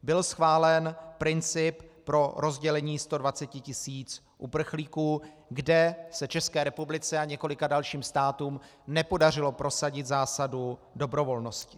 Byl schválen princip pro rozdělení 120 tisíc uprchlíků, kde se České republice a několika dalším státům nepodařilo prosadit zásadu dobrovolnosti.